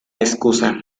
excusa